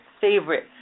favorite